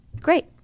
great